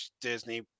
Disney